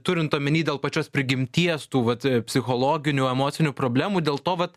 turint omeny dėl pačios prigimties tų vat psichologinių emocinių problemų dėl to vat